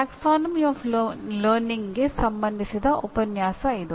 ಕಲಿಕೆಯ ಪ್ರವರ್ಗಕ್ಕೆ ಸಂಬಂಧಿಸಿದ ಉಪನ್ಯಾಸ ಇದು